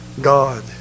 God